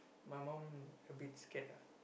my mum a bit scared ah